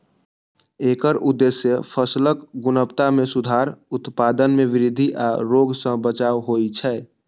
एकर उद्देश्य फसलक गुणवत्ता मे सुधार, उत्पादन मे वृद्धि आ रोग सं बचाव होइ छै